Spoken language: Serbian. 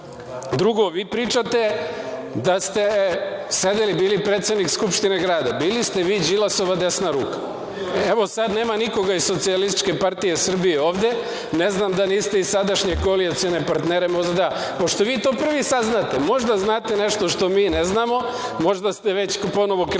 dobar. Drugo, vi pričate da ste sedeli, bili predsednik Skupštine grada, bili ste vi Đilasova desna ruka. Sad nema nikoga iz SPS ovde, ne znam da niste i sadašnje koalicione partnere možda da, pošto vi to prvi saznate, možda znate nešto što mi ne znamo, možda ste ponovo krenuli